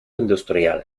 industrial